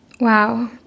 wow